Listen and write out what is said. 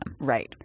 Right